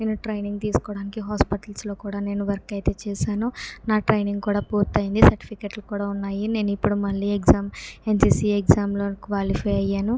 నేను ట్రైనింగ్ తీసుకోవడానికి హాస్పిటల్స్లో కూడా నేను వర్క్ అయితే చేశాను నా ట్రైనింగ్ కూడా పూర్తయింది సర్టిఫికేట్లు కూడా ఉన్నాయి నేను ఇప్పుడు మళ్ళి ఎగ్జామ్ ఎన్సిసి ఎగ్జామ్లో క్వాలిఫై అయ్యాను